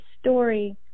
story